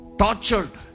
tortured